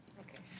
okay